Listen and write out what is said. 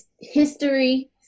history